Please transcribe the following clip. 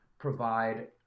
provide